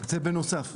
בנוסף.